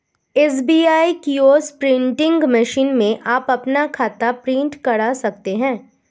SBI kiosk printing machine में आप अपना खाता प्रिंट करा सकते हैं